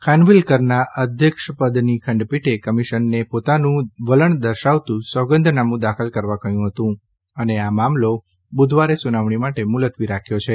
ખાનવિલકરના અધ્યક્ષપદની ખંડપીઠે કમિશનને પોતાનું વલણ દર્શાવતું સોગંદનામું દાખલ કરવા કહ્યું હતું અને આ મામલો બુધવારે સુનાવણી માટે મુલતવી રાખ્યો છે